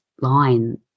line